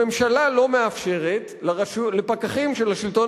הממשלה לא מאפשרת לפקחים של השלטון